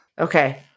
Okay